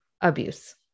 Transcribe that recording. abuse